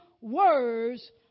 words